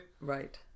Right